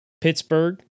Pittsburgh